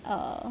err